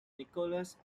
nicholas